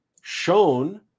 shown